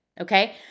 okay